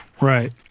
right